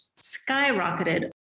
skyrocketed